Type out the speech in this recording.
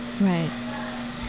Right